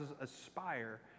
aspire